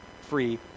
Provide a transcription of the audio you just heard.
free